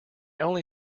only